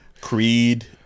Creed